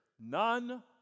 None